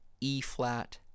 E-flat